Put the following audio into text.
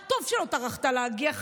טוב שלא טרחת להגיע.